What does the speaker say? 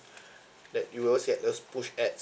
that you always get those push ads